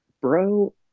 Bro